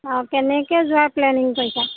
অঁ কেনেকৈ যোৱাৰ প্লেনিং কৰিছা